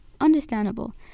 understandable